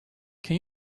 can